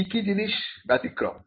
কি কি জিনিস ব্যতিক্রম